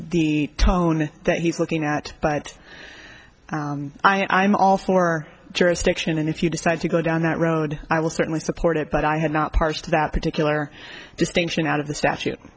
the tone that he's looking at but i'm all for jurisdiction and if you decide to go down that road i will certainly support it but i have not parsed that particular distinction out of the statute